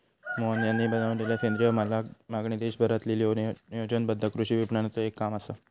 मोहन यांनी बनवलेलला सेंद्रिय मालाक मागणी देशभरातील्या नियोजनबद्ध कृषी विपणनाचे एक काम असा